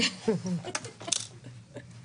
חשוב לשמוע את כל המשרדים.